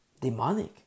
Demonic